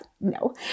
no